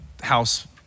house